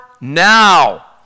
now